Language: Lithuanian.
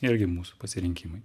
irgi mūsų pasirinkimai